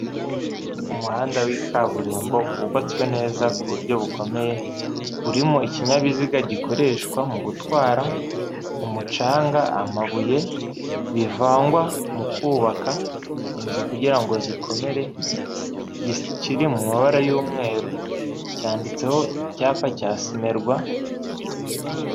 Umuhanda wi kaburimbo wubatswe neza ku buryo bukomeye, urimo ikinyabiziga gikoreshwa mu gutwara umucanga, amabuye bivangwa mu kubaka inzu kugira ngo zikomere, kiri mu mabara y'umweru cyanditseho icyapa cya simerwa,...